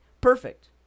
Perfect